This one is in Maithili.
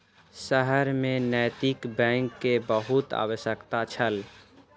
शहर में नैतिक बैंक के बहुत आवश्यकता छल